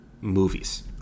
movies